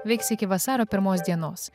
veiks iki vasario pirmos dienos